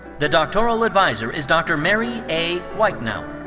the doctoral adviser is dr. mary a. white-now.